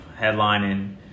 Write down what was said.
headlining